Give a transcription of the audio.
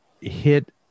hit